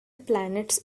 planets